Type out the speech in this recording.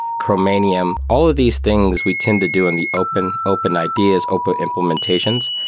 chromium. all of these things we tend to do in the open open ideas, open implementations.